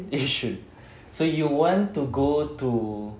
yishun so you want to go to